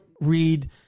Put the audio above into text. read